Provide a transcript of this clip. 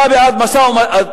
אתה בעד בנייה?